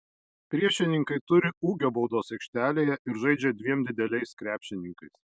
priešininkai turi ūgio baudos aikštelėje ir žaidžia dviem dideliais krepšininkais